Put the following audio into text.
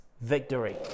victory